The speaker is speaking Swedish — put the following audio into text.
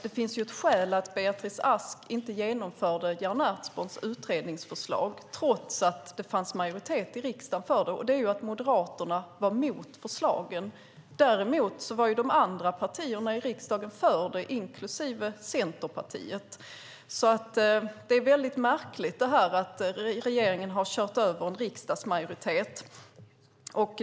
Det finns ju ett skäl till att Beatrice Ask inte genomförde Jan Ertsborns utredningsförslag, trots att det fanns majoritet i riksdagen för det, och det är att Moderaterna var emot förslagen. Däremot var de andra partierna i riksdagen för det, inklusive Centerpartiet. Det är väldigt märkligt att regeringen har kört över en riksdagsmajoritet.